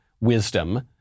wisdom